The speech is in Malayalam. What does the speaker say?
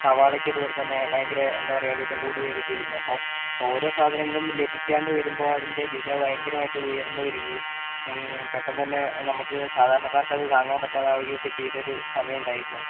സവാളയ്ക്കതുപോലെതന്നെ ഭയങ്കര എന്താ പറയാ വില കൂടുകയൊക്കെ ചെയ്തിരുന്നു അപ്പോൾ ഓരോ സാധനങ്ങളും ലഭിക്കാണ്ട് വരുമ്പോൾ അതിൻ്റെ വില ഭയങ്കരമായിട്ട് ഉയർന്നുവരികയും പെട്ടെന്നന്നെ നമുക്ക് സാധാരണക്കാർക്കത് താങ്ങാൻ പറ്റാതാവുകയൊക്കെ ചെയ്തൊരു സമയമുണ്ടായിരുന്നു